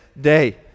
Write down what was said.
day